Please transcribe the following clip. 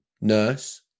nurse